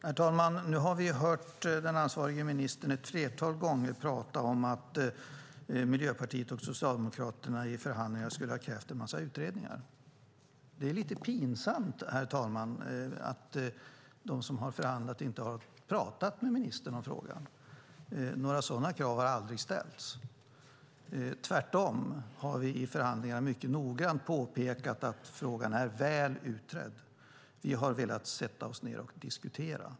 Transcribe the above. Herr talman! Nu har vi hört den ansvarige ministern ett flertal gånger prata om att Miljöpartiet och Socialdemokraterna i förhandlingarna skulle ha krävt en massa utredningar. Det är lite pinsamt, herr talman, att de som har förhandlat inte har pratat med ministern om frågan. Några sådana krav har aldrig ställts. Tvärtom har vi i förhandlingarna mycket noggrant påpekat att frågan är väl utredd. Vi har velat sätta oss ned och diskutera.